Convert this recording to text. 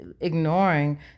ignoring